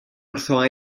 wrtha